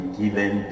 given